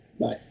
Bye